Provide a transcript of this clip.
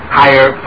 higher